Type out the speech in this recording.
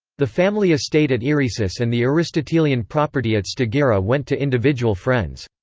the family estate at eresus and the aristotelian property at stagira went to individual friends.